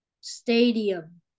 Stadium